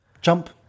Jump